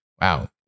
wow